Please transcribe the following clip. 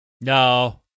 No